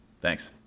Thanks